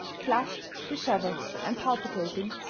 flushed, disheveled, and palpitating,